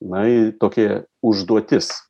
nai tokie užduotis